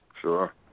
Sure